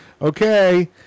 Okay